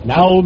Now